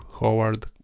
Howard